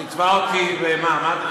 מה הן דרישות המכרז?